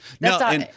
No